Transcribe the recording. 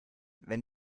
wenn